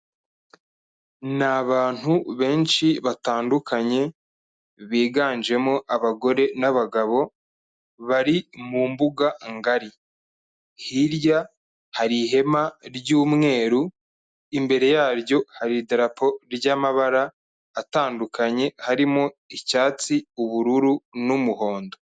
Ni abantu benshi batandukanye biganjemo abagore n'abagabo, bari mu mbuga ngari, hirya hari ihema ry'umweru, imbere yaryo hari idarapo ry'amabara atandukanye harimo: icyatsi, ubururu n'umuhondo.